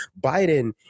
biden